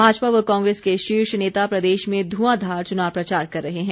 भाजपा व कांग्रेस के शीर्ष नेता प्रदेश में धुआंधार चुनाव प्रचार कर रहे हैं